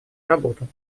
работу